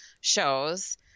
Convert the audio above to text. shows